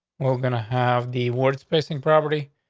we're gonna have the awards placing property.